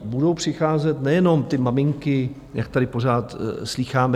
Budou přicházet nejenom ty maminky, jak tady pořád slýcháme.